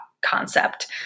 concept